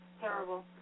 terrible